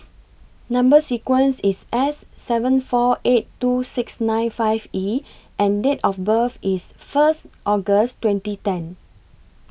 Number sequence IS S seven four eight two six nine five E and Date of birth IS First August twenty ten